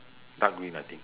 dark green I think